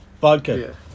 Vodka